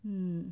mm